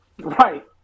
Right